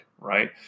right